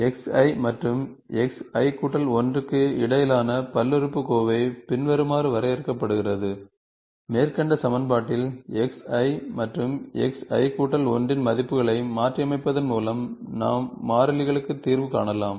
xi மற்றும் xi1 க்கு இடையிலான பல்லுறுப்புக்கோவை பின்வருமாறு வரையறுக்கப்படுகிறது மேற்கண்ட சமன்பாட்டில் xi மற்றும் xi1 இன் மதிப்புகளை மாற்றியமைப்பதன் மூலம் நாம் மாறிலிகளுக்குத் தீர்வு காணலாம்